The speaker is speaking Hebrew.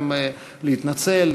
להתנצל.